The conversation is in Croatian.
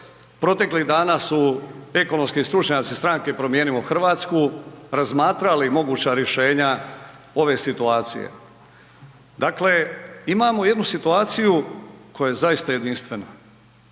Proteklih dana su ekonomski stručnjaci iz stranke Promijenimo Hrvatsku razmatrali moguća rješenja ove situacije. Dakle, imamo jednu situaciju koja je zaista jedinstvena.